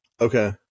Okay